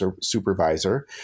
supervisor